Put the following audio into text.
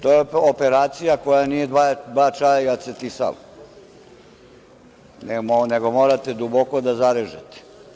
To je operacija koja nije dva čaja i acetisal, nego morate duboko da zarežete.